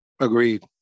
Agreed